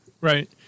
right